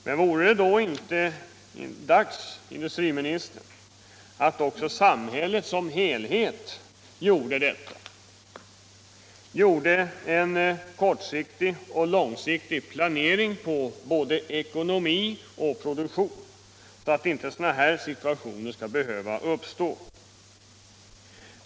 Men vore det då inte dags, herr industriminister, att också samhället som helhet gjorde detta, gjorde en kortsiktig och långsiktig planering av både ekonomi och produktion, så att sådana här situationer inte skall behöva uppstå?